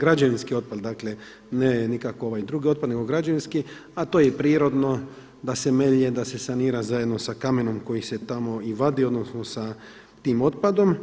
građevinski otpad, dakle ne nikako ovaj drugi otpad nego građevinski, a to je prirodno da se melje, da se sanira zajedno sa kamenom koji se tamo i vadi odnosno sa tim otpadom.